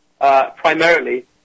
primarily